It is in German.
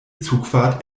zugfahrt